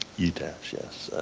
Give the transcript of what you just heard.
utas, yes,